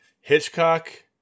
Hitchcock